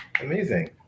amazing